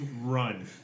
run